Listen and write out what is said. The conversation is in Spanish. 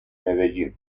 medellín